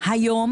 היום